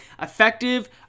effective